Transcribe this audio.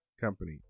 Company